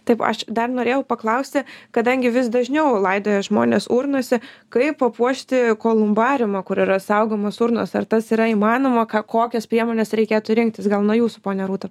taip aš dar norėjau paklausti kadangi vis dažniau laidoja žmones urnose kaip papuošti kolumbariumą kur yra saugomos urnos ar tas yra įmanoma ką kokias priemones reikėtų rinktis gal nuo jūsų ponia rūta